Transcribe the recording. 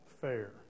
Fair